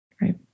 right